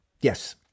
Yes